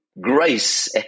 grace